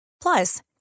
Plus